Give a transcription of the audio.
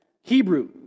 Hebrew